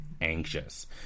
anxious